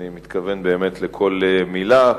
אני מתכוון באמת לכל מלה.